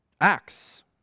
acts